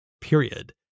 Period